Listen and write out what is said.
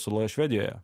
saloje švedijoje